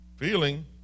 Feeling